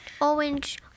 orange